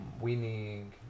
winning